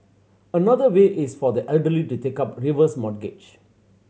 another way is for the elderly to take up reverse mortgage